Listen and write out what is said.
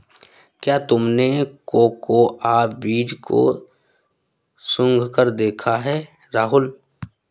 क्या तुमने कोकोआ बीज को सुंघकर देखा है राहुल?